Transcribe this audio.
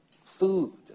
Food